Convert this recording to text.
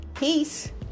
Peace